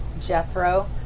Jethro